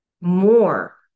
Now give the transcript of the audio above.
more